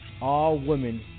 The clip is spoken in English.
all-women